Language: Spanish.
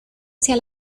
hacia